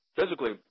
physically